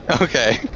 Okay